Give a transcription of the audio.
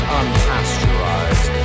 unpasteurized